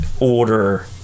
order